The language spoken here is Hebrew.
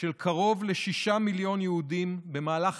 של קרוב לשישה מיליון יהודים במהלך